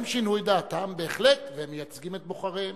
הם שינו את דעתם, בהחלט, והם מייצגים את בוחריהם,